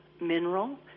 mineral